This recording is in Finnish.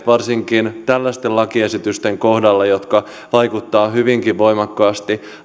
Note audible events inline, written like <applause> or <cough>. <unintelligible> varsinkin tällaisten lakiesitysten kohdalla jotka vaikuttavat hyvinkin voimakkaasti